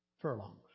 furlongs